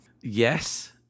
Yes